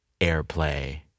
airplay